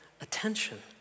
attention